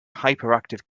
hyperactive